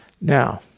Now